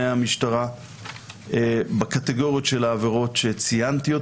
המשטרה בקטגוריות של העבירות שציינתי,